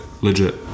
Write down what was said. Legit